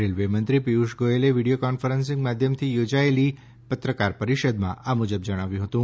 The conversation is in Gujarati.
રેલ્વેમંત્રી પિયુષ ગોયલે વિડિયો કોન્ફરન્સીંગ માધ્યમથી યોજાયેલી પત્રકાર પરીષદમાં આ મુજબ જણાવ્યું હતું